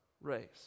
Race